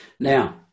Now